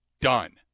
done